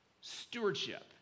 stewardship